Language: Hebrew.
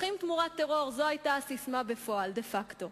שטחים תמורת טרור, זו היתה הססמה בפועל, דה-פקטו.